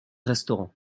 restaurant